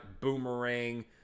Boomerang